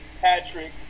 Patrick